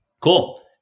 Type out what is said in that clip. Cool